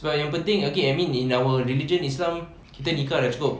so yang penting I mean in our religion islam kita nikah dah cukup